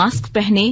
mask पहनें